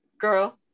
girl